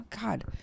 god